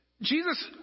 Jesus